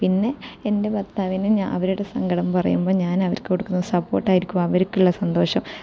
പിന്നെ എൻ്റെ ഭർത്താവിന് അവരുടെ സങ്കടം പറയുമ്പം ഞാൻ അവർക്ക് കൊടുക്കുന്ന സപ്പോർട്ടായിരിക്കും അവർക്കുള്ള സന്തോഷം